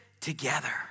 together